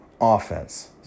offense